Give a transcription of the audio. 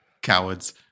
cowards